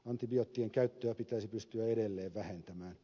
antibioottien käyttöä pitäisi pystyä edelleen vähentämään